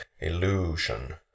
illusion